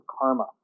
karma